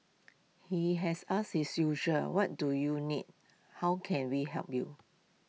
he has asked his usual what do you need how can we help you